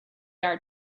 are